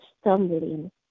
stumbling